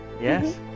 yes